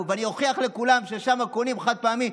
ואני אוכיח לכולם ששם קונים חד-פעמי,